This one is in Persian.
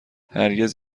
هرگز